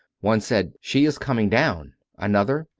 one said, she is coming down another,